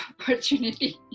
opportunity